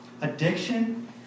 addiction